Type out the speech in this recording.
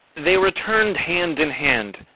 they returned hand-in-hand,